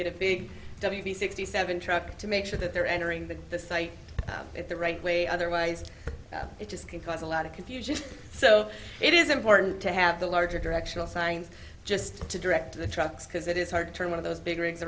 get a big heavy sixty seven truck to make sure that they're entering the site at the right way otherwise it just can cause a lot of confusion so it is important to have the larger directional signs just to direct the trucks because it is hard to turn one of those big rigs